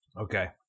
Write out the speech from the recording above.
Okay